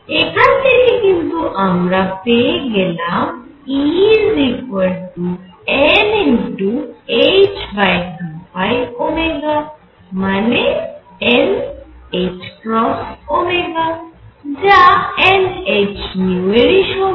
এখান থেকে কিন্তু আমরা পেয়ে গেলাম Enh2π মানে nℏω যা n h নিউ এরই সমান